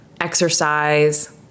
exercise